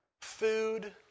food